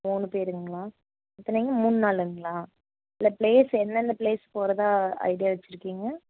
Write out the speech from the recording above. மூணு பேருங்களா எத்தனைங்க மூணு நாளுங்களா இல்லை ப்ளேஸ் எந்தெந்த ப்ளேஸ் போறதாக ஐடியா வச்சிருக்கீங்க